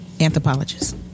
anthropologist